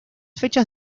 fechas